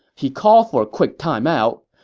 he called for a quick timeout,